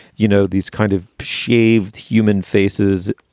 you know, these kind of shaved human faces,